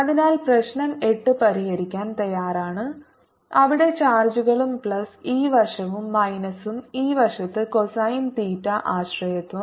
അതിനാൽ പ്രശ്നം 8 പരിഹരിക്കാൻ തയ്യാറാണ് അവിടെ ചാർജുകളും പ്ലസ് ഈ വശവും മൈനസും ഈ വശത്ത് കോസൈൻ തീറ്റ ആശ്രയത്വം